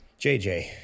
JJ